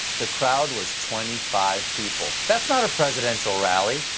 the crowd was twenty five people. that's not a presidential rally,